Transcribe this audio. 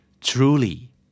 Truly